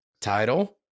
Title